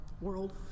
world